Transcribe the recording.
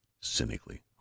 Cynically